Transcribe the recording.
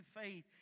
faith